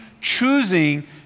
choosing